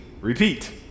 repeat